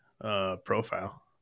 profile